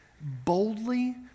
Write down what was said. boldly